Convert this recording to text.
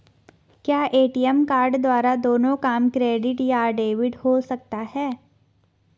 क्या ATM card द्वारा दोनों काम क्रेडिट या डेबिट हो सकता है?